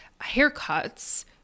haircuts